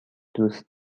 دوست